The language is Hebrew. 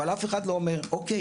אבל אף אחד לא אומר אוקי,